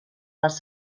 les